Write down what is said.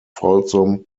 folsom